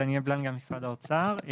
דניאל בלנגה, משרד האוצר.